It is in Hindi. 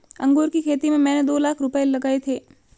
अंगूर की खेती में मैंने दो लाख रुपए लगाए थे